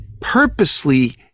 purposely